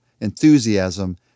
enthusiasm